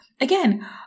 Again